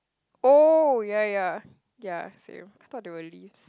oh ya ya ya same I thought they were leaves